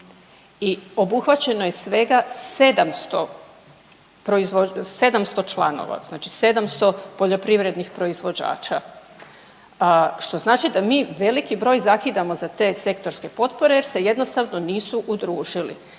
I obuhvaćeno je svega 700 članova, znači 700 poljoprivrednih proizvođača što znači da mi veliki broj zakidamo za te sektorske potpore jer se jednostavno nisu udružili.